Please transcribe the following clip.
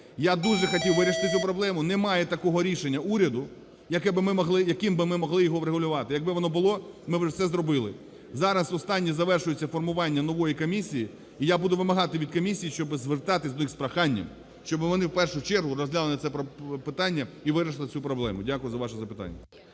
Я дуже хотів вирішити цю проблему. Немає такого рішення уряду, яким би ми могли його врегулювати. Якби воно було, ми б це зробили. Зараз останнє, завершується формування нової комісії. І я буду вимагати від комісії, щоб… звертатись до них з проханням, щоб вони в першу чергу розглянули це питання і вирішили цю проблему. Дякую за ваше запитання.